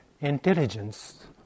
intelligence